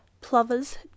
plovers